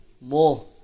more